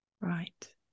Right